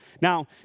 Now